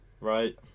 right